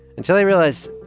until i realize,